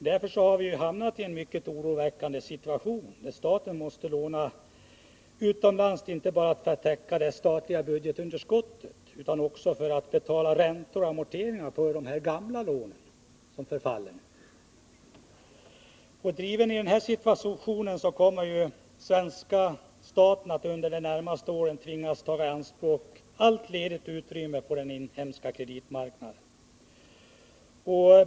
Därför har vi hamnat i en mycket oroväckande situation, där staten måste låna utomlands inte bara för att täcka det statliga budgetunderskottet utan också för att betala räntor och amorteringar på de gamla lånen, som efter hand förfaller till betalning. Driver ni detta vidare kommer svenska staten att under de närmaste åren tvingas ta i anspråk alltmer utrymme på den inhemska kreditmarknaden.